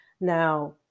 Now